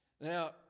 Now